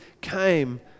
came